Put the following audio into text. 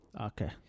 Okay